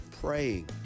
praying